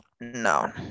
No